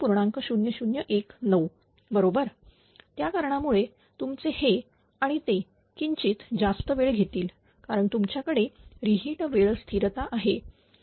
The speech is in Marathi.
0019 बरोबर त्या कारणामुळे तुमचे हे आणि ते किंचित जास्त वेळ घेतील कारण तुमच्याकडे रि हीट वेळ स्थिरता आहे